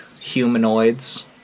humanoids